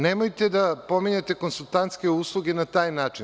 Nemojte da pominjete konsultantske usluge na taj način.